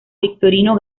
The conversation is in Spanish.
victorino